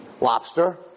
lobster